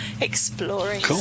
exploring